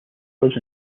lives